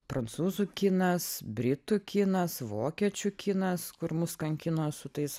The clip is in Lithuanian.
prancūzų kinas britų kinas vokiečių kinas kur mus kankino su tais